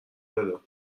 بدار